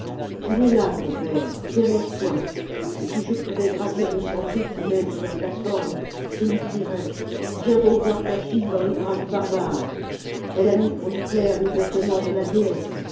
il est là ton père derrière toi et si je pouvais gravir le sentier qui mène sur la plate forme je lui crierais viens donc voir ta fille dans les bras du barbare elle a mis pour lui plaire le vêtement de la déesse